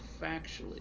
factually